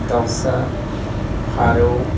दाउसा फारौ